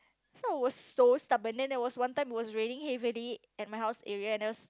so I was so stubborn then there was one time it was raining heavily at my house area and I was